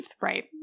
right